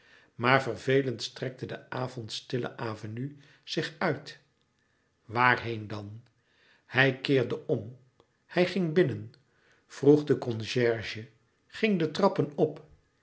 maar vervelend strekte de avondlouis couperus metamorfoze stille avenue zich uit waarheen dan hij keerde om hij ging binnen vroeg de concierge ging de trappen op